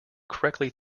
correctly